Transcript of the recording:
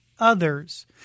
Others